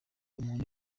umuntu